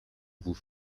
vous